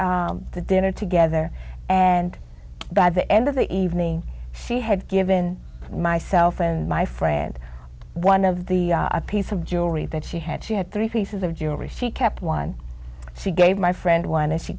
the dinner together and by the end of the evening she had given myself and my friend one of the a piece of jewelry that she had she had three pieces of jewelry she kept one she gave my friend one and she